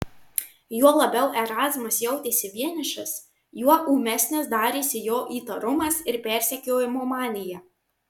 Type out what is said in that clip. juo labiau erazmas jautėsi vienišas juo ūmesnis darėsi jo įtarumas ir persekiojimo manija